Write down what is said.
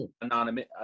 anonymous